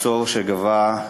מצור שגבה,